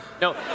No